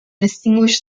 distinguish